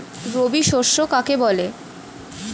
রবি শস্য কাকে বলে?